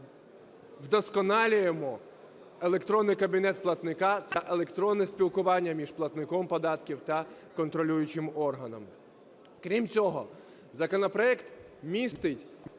вдосконалюємо електронний кабінет платника та електронне спілкування між платником податків та контролюючим органом. Крім цього, законопроект містить